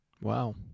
Wow